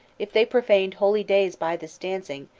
if they profaned holy days by this dancing,